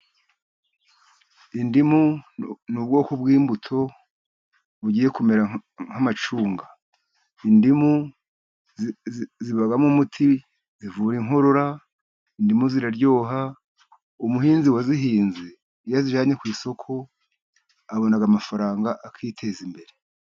Indimu ni ubwoko bw'imbuto bugiye kumera nk'amacunga. Indimu zibamo umuti. Zivura inkorora, indimu ziraryoha. umuhinzi wazihinze iyo azijyanye ku isoko abona amafaranga akiteza imbere.